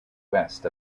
west